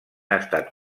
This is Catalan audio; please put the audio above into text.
estat